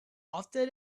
after